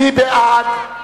מי בעד?